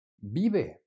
Vive